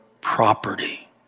property